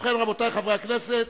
ובכן, רבותי חברי הכנסת,